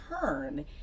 turn